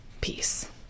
peace